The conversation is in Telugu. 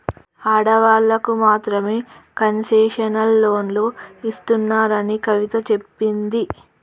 ఆడవాళ్ళకు మాత్రమే కన్సెషనల్ లోన్లు ఇస్తున్నారని కవిత చెప్పింది